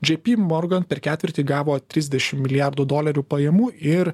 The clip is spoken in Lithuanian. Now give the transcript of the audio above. džei py morgan per ketvirtį gavo trisdešim milijardų dolerių pajamų ir